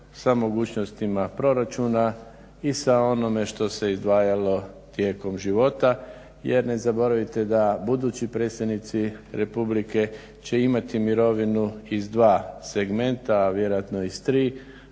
sa mogućnostima proračuna i sa onim što se izdvajalo tijekom života. Jer ne zaboravite da budući predsjednici Republike će imati mirovinu iz dva segmenta, a vjerojatno iz tri,